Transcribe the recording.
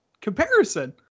comparison